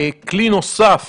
כלי נוסף